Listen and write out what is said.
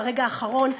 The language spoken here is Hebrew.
ברגע האחרון,